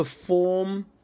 perform